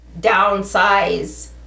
downsize